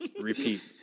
repeat